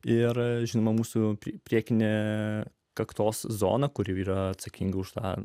ir žinoma mūsų priekinė kaktos zona kuri yra atsakinga už tą